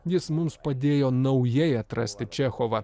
jis mums padėjo naujai atrasti čechovą